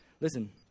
Listen